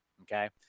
Okay